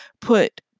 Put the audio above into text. put